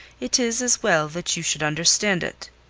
it is as well that you should understand it.